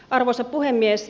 arvoisa puhemies